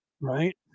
Right